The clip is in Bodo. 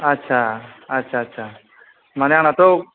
आत्सा आत्सा आत्सा माने आंनाथ'